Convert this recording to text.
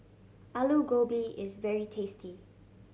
Alu Gobi is very tasty